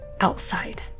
outside